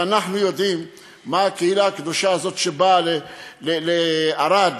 ואנחנו יודעים מה הקהילה הקדושה הזאת שבאה לערד,